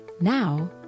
Now